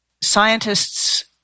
scientists